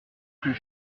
plus